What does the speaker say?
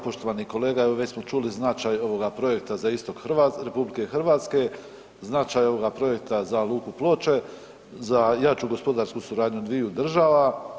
Poštovani kolega evo već smo čuli značaj ovoga projekta za istok Hrvatske, RH, značaj ovoga projekta za luku Ploče, za jaču gospodarsku suradnju dviju država.